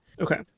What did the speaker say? Okay